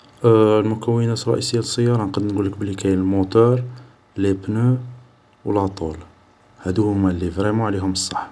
المكونات الرئيسية للسيارة نقد نقولك بلي كاين الموتور لي بنو و لاطول هادو هوما لي فريمو عليهم الصح